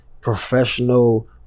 professional